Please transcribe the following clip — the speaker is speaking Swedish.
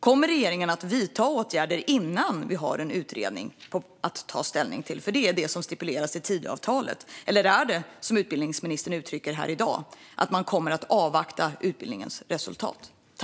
Kommer regeringen att vidta åtgärder innan vi har en utredning att ta ställning till, vilket stipuleras i Tidöavtalet, eller kommer man, som utbildningsministern uttrycker här i dag, att avvakta utredningens resultat?